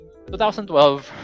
2012